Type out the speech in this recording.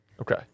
Okay